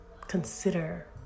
consider